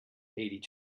each